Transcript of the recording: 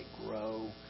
grow